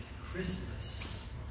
Christmas